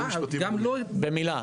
במילה.